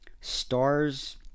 stars